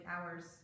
hours